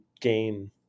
gain